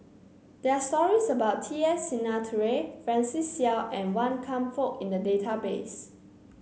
there are stories about T S Sinnathuray Francis Seow and Wan Kam Fook in the database